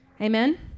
Amen